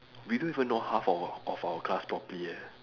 we don't even know half of of our class properly leh